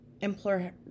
implore